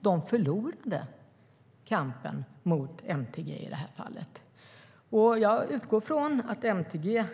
De förlorade kampen mot MTG i det här fallet. Jag utgår från att MTG